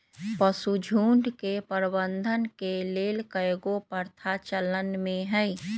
पशुझुण्ड के प्रबंधन के लेल कएगो प्रथा चलन में हइ